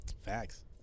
Facts